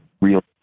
real